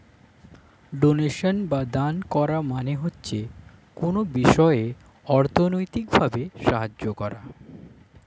donation বা দান করা মানে হচ্ছে কোনো বিষয়ে অর্থনৈতিক ভাবে সাহায্য করা